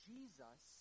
Jesus